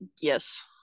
Yes